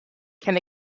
can